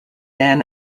then